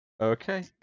Okay